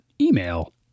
email